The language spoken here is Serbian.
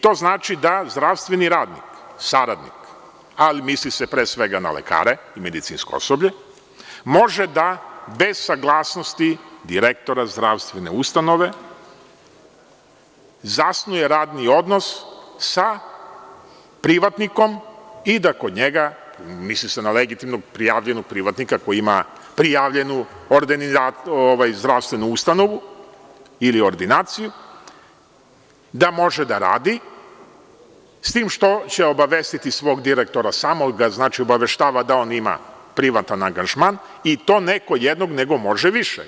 To znači da zdravstveni radnik, saradnik, ali misli se pre svega na lekare i medicinsko osoblje, može da bez saglasnosti direktora zdravstvene ustanove zasnuje radni odnos sa privatnikom i da kod njega, misli se na legitimnog prijavljenog privatnika koji ima prijavljenu zdravstvenu ustanovu ili ordinaciju, da može da radi, s tim što će obavestiti svog direktora, samo ga, znači, obaveštavati da on ima privatan angažman, i to ne kod jednog, nego može više.